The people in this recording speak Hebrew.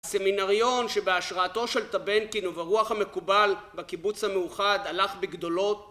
הסמינריון שבהשראתו של טבנקין וברוח המקובל בקיבוץ המאוחד הלך בגדולות